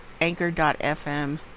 anchor.fm